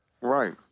Right